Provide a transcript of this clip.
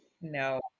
No